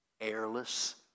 airless